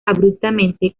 abruptamente